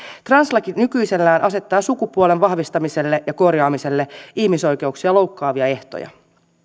translaki nykyisellään asettaa sukupuolen vahvistamiselle ja korjaamiselle ihmisoikeuksia loukkaavia ehtoja